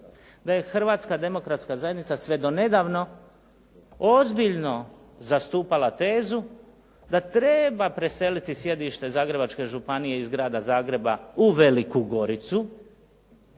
Da je Hrvatska demokratska zajednica sve do nedavno ozbiljno zastupala tezu da treba preseliti sjedište Zagrebačke županije iz grada Zagreba u Veliku Goricu